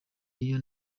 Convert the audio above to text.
y’iyo